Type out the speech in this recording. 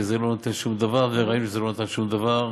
כי זה לא נותן שום דבר וראינו שזה לא נותן שום דבר.